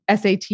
SAT